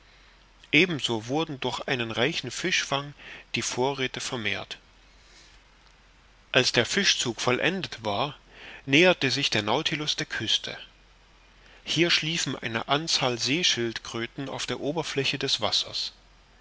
so wurden durch einen reichen fischfang die vorräthe vermehrt als der fischzug vollendet war näherte sich der nautilus der küste hier schliefen eine anzahl see schildkröten auf der oberfläche des wassers